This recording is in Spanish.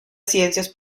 ciencias